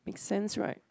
make sense right